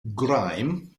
grime